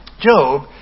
Job